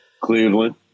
Cleveland